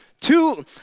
Two